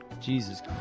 Jesus